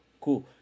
Cool